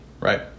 right